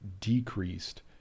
decreased